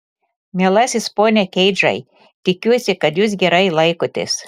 mielasis pone keidžai tikiuosi kad jūs gerai laikotės